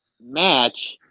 match